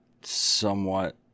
somewhat